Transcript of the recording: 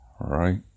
Right